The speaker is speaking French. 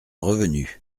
revenu